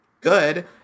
good